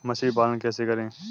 मछली पालन कैसे करें?